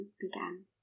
began